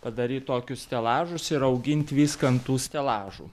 padaryt tokius stelažus ir augint viską ant tų stelažų